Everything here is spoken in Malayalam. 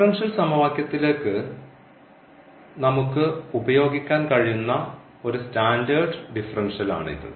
ഡിഫറൻഷ്യൽ സമവാക്യത്തിലേക്ക് നമുക്ക് ഉപയോഗിക്കാൻ കഴിയുന്ന ഒരു സ്റ്റാൻഡേർഡ് ഡിഫറൻഷ്യൽ ആണ് ഇത്